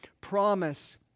promise